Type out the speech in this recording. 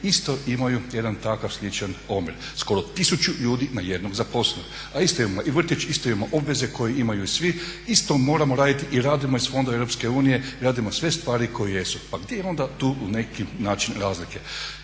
isto imaju jedan takav sličan omjer, skoro tisuću ljudi na jednog zaposlenog, a isto imamo vrtić i isto imamo obveze koji imaju svi, isto moramo raditi i radimo iz fondova EU radimo sve stvari koje jesu. Pa gdje je onda tu u nekim način razlike?